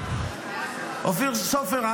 אופיר סופר,